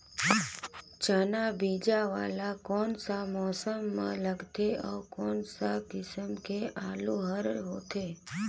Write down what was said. चाना बीजा वाला कोन सा मौसम म लगथे अउ कोन सा किसम के आलू हर होथे?